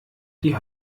die